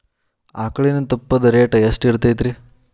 ಆಕಳಿನ ತುಪ್ಪದ ರೇಟ್ ಎಷ್ಟು ಇರತೇತಿ ರಿ?